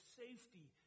safety